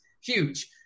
huge